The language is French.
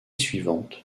suivante